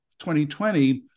2020